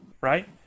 right